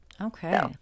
Okay